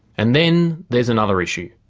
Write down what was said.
and then, there's another issue.